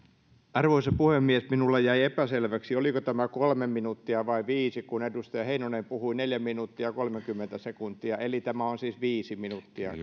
arvoisa puhemies minulle jäi epäselväksi oliko tämä kolme minuuttia vai viisi kun edustaja heinonen puhui neljä minuuttia kolmekymmentä sekuntia eli tämä on siis viisi minuuttia